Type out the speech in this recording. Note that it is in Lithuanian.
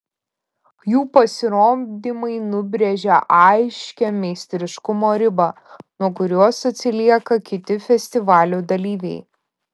jų pasirodymai nubrėžia aiškią meistriškumo ribą nuo kurios atsilieka kiti festivalių dalyviai